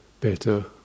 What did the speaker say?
better